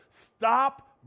Stop